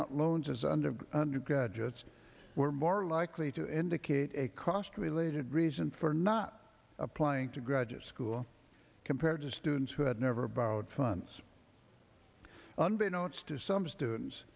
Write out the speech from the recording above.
out loans as under undergraduates were more likely to indicate a cost related reason for not applying to graduate school compared to students who had never borrowed fronts unbeknownst to some students